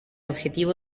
objetivo